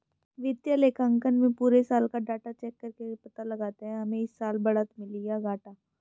वित्तीय लेखांकन में पुरे साल का डाटा चेक करके पता लगाते है हमे इस साल बढ़त मिली है या घाटा